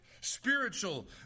Spiritual